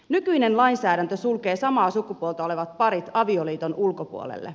nykyinen lainsäädäntö sulkee samaa sukupuolta olevat parit avioliiton ulkopuolelle